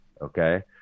Okay